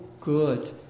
good